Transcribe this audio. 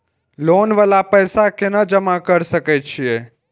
Loan वाला पैसा केना जमा कर सके छीये?